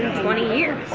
twenty years.